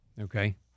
Okay